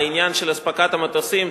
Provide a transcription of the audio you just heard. העניין של אספקת המטוסים,